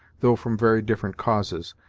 though from very different causes,